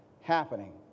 happening